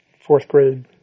fourth-grade